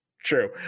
True